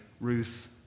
Ruth